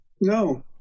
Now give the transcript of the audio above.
No